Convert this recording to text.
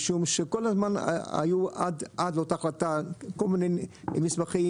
משום שכל הזמן היו עד אותה החלטה כל מיני מסמכים,